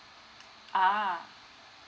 ah